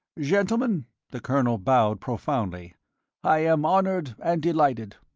gentlemen the colonel bowed profoundly i am honoured and delighted.